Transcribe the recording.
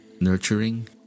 nurturing